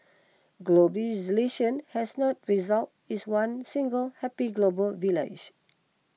has not resulted is one single happy global village